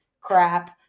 crap